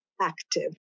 active